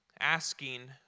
asking